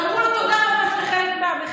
אמרו לו: תודה רבה שאתה חלק מהמחאה.